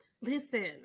Listen